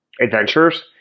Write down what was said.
adventures